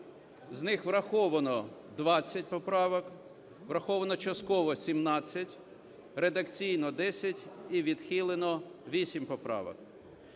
з них: враховано 20 поправок, враховано частково – 17, редакційно – 10 і відхилено 8 поправок.